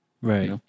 Right